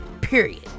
period